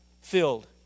filled